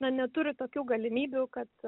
na neturi tokių galimybių kad